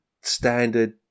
standard